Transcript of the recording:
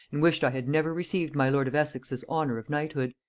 and wished i had never received my lord of essex's honor of knighthood.